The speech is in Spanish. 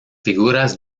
figuras